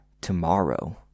tomorrow